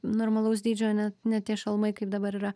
normalaus dydžio net ne tie šalmai kaip dabar yra